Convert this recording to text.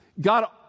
God